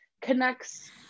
connects